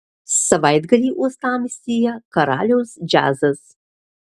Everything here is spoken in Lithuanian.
savaitgalį uostamiestyje karaliaus džiazas